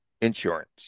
insurance